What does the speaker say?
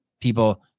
people